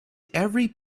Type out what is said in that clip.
every